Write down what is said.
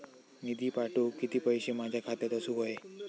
निधी पाठवुक किती पैशे माझ्या खात्यात असुक व्हाये?